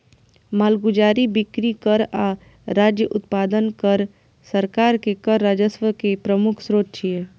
मालगुजारी, बिक्री कर आ राज्य उत्पादन कर सरकार के कर राजस्व के प्रमुख स्रोत छियै